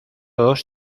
dos